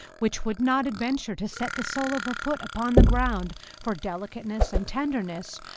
which would not adventure to set the sole of her foot upon the ground for delicateness and tenderness,